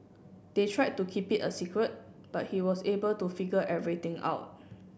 they tried to keep it a secret but he was able to figure everything out